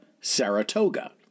Saratoga